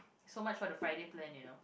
so much for the Friday plan you know